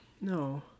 no